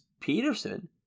Peterson